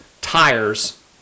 tires